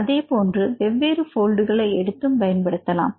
அதேபோன்று வெவ்வேறு போல்டுகளை எடுத்தும் பயன்படுத்தலாம்